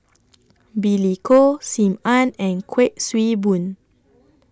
Billy Koh SIM Ann and Kuik Swee Boon